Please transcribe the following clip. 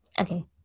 Okay